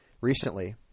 recently